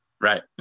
Right